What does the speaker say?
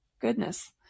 Goodness